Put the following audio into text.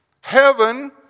heaven